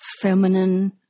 feminine